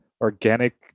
organic